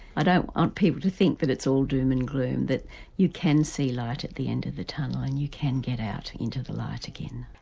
i don't want people to think that it's all doom and gloom, that you can see light at the end of the tunnel and you can get out into the light again.